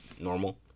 normal